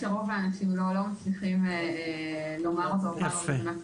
אני אוסיף וטיפה ארחיב על מה שנאמר על ידי